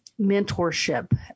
mentorship